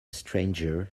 stranger